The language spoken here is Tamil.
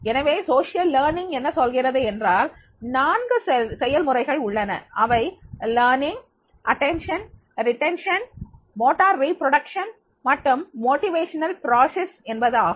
எனவே சமூக கற்றல் என்ன சொல்கிறது என்றால் நான்கு செயல்முறைகள் உள்ளன அவை கற்றல் கவனம் தக்க வைத்தல் மோட்டார் ரிபுரோடக்சன் மற்றும் ஊக்கமளிக்கும் செயல்முறை என்பது ஆகும்